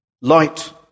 light